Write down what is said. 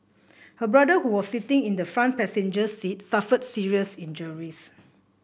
her brother who was sitting in the front passenger seat suffered serious injuries